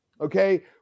okay